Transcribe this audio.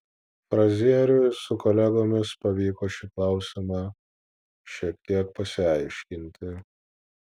frazieriui su kolegomis pavyko šį klausimą šiek tiek pasiaiškinti